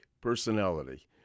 personality